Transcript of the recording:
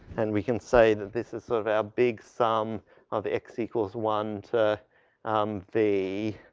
and we can say that this is sort of a big sum of x equals one to v,